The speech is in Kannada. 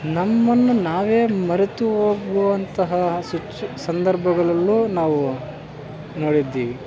ನಮ್ಮನ್ನು ನಾವೇ ಮರೆತು ಹೋಗುವಂತಹ ಸಿಚ ಸಂದರ್ಭಗಳನ್ನೂ ನಾವು ನೋಡಿದ್ದೀವಿ